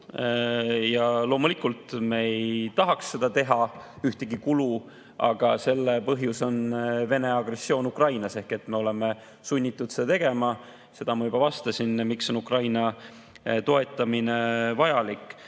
Ja loomulikult, me ei tahaks ühtegi kulu teha, aga selle põhjus on Vene agressioon Ukrainas. Ehk me oleme sunnitud seda tegema. Sellele ma juba vastasin, miks on Ukraina toetamine vajalik. Selle